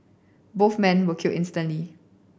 both men were killed instantly